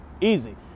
easy